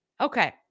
Okay